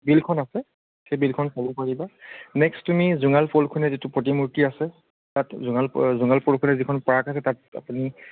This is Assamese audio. বিলখন আছে সেই বিলখন চাব পাৰিবা নেক্সট তুমি জোঙালবলসু যিটো প্ৰতিমূৰ্তি আছে তাত জোঙালবলসু যিখন পাৰ্ক আছে তাত আপুনি